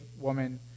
woman